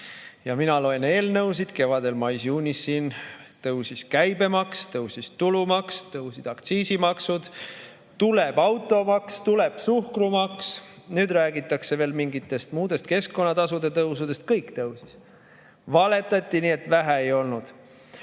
Mina loen eelnõusid. Kevadel mais-juunis tõusis käibemaks, tõusis tulumaks, tõusid aktsiisimaksud, tuleb automaks, tuleb suhkrumaks, nüüd räägitakse veel mingitest muudest keskkonnatasude tõusudest – kõik tõusis. Valetati nii et vähe ei olnud. Veel